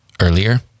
earlier